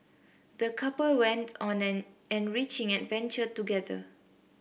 the couple went on an enriching adventure together